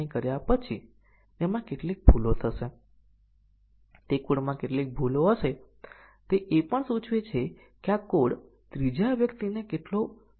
પરંતુ તો પછી તમે કંટ્રોલ ફ્લો ગ્રાફ કેવી રીતે દોરો